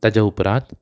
ताच्या उपरांत